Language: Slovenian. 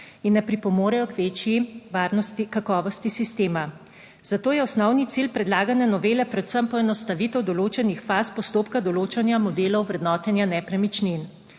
in ne pripomorejo k večji varnosti, kakovosti sistema. Zato je osnovni cilj predlagane novele predvsem poenostavitev določenih faz postopka določanja modelov vrednotenja nepremičnin.